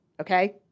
okay